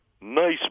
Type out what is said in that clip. Nice